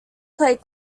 played